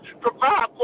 Provide